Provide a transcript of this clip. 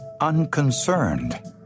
unconcerned